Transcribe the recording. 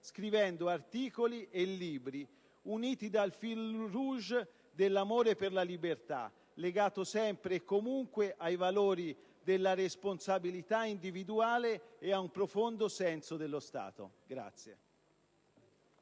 scrivendo articoli e libri uniti dal *fil rouge* dell'amore per la libertà, legato sempre e comunque ai valori della responsabilità individuale e a un profondo senso dello Stato.